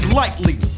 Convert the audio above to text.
lightly